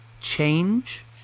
change